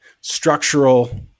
structural